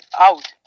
out